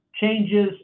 changes